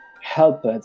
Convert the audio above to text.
helped